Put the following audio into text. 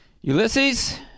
Ulysses